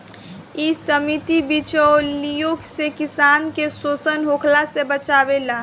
इ समिति बिचौलियों से किसान के शोषण होखला से बचावेले